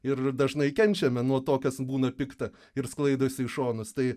ir dažnai kenčiame nuo to kas būna pikta ir sklaidosi į šonus tai